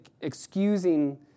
excusing